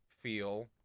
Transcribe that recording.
feel